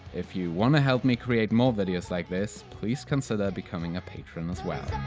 if you wanna help me create more videos like this, please consider becoming a patron as well.